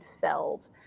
felled